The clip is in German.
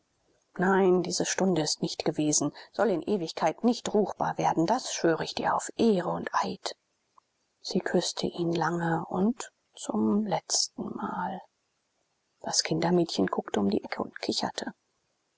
nein diese stunde ist nicht gewesen soll in ewigkeit nicht ruchbar werden das schwöre ich dir auf ehre und eid sie küßte ihn lange und zum letztenmal das kindermädchen guckte um die ecke und kicherte